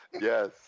Yes